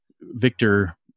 Victor